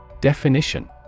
definition